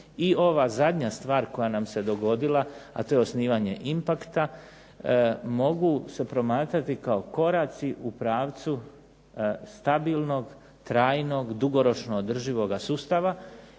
I ova zadnja stvar koja nam se dogodila, a to je osnivanje IMPACT-a mogu se promatrati kao koraci u pravcu stabilnog, trajnog, dugoročno održivoga sustava